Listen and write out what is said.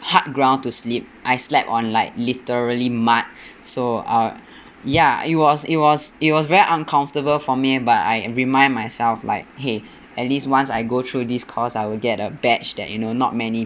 hard ground to sleep I slept on like literally mud so uh ya it was it was it was very uncomfortable for me but I remind myself like !hey! at least once I go through this course I would get a badge that you know not many